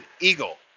eagle